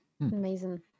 amazing